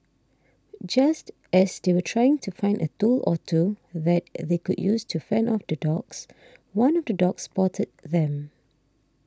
just as they were trying to find a tool or two that they could use to fend off the dogs one of the dogs spotted them